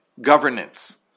governance